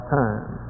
time